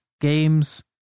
games